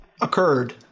occurred